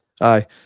Aye